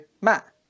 Matt